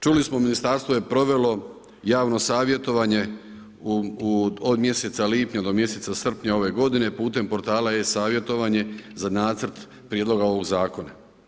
Čuli smo, Ministarstvo je provelo javno savjetovanje od mjeseca lipnja do mjeseca srpnja ove godine putem portala e-savjetovanje za Nacrt prijedloga ovoga Zakona.